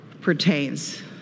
pertains